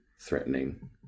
threatening